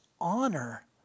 honor